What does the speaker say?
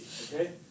Okay